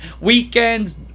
weekends